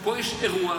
פה יש אירוע,